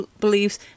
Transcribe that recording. beliefs